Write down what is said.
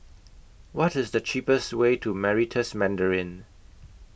What IS The cheapest Way to Meritus Mandarin